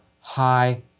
high